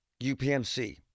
UPMC